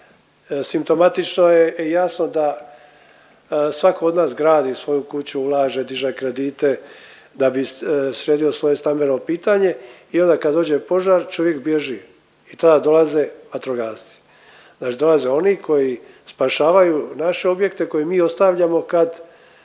Simptomatično je jasno da svatko od nas gradi svoju kuću, ulaže, diže kredite da bi sredio svoje stambeno pitanje i onda kad dođe požar, čovjek bježi i tad dolaze vatrogasci. Znači dolaze oni koji spašavaju naše objekte koje mi ostavljamo kad